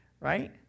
Right